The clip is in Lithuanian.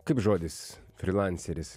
kaip žodis frilanceris